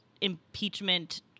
impeachment